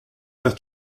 faire